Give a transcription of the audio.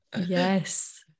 yes